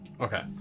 Okay